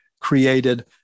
created